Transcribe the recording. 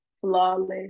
flawless